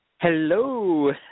Hello